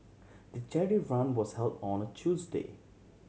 the charity run was held on a Tuesday